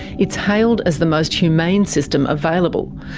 it's hailed as the most humane system available,